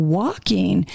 walking